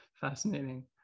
Fascinating